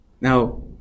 now